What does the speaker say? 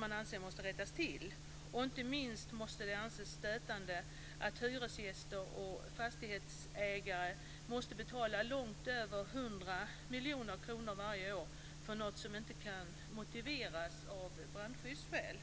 de anser måste rättas till. Inte minst måste det anses stötande att hyresgäster och fastighetsägare måste betala långt över 100 miljoner kronor varje år för något som inte kan motiveras av brandskyddsskäl.